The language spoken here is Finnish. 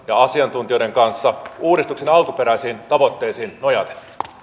ja asiantuntijoiden kanssa uudistuksen alkuperäisiin tavoitteisiin nojaten